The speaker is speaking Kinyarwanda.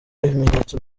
ibimenyetso